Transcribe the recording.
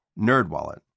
NerdWallet